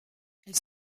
elle